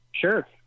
Sure